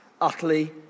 utterly